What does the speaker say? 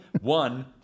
one